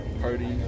party